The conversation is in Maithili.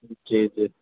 जी जी